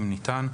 אם ניתן,